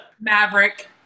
Maverick